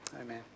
Amen